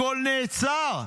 הכול נעצר.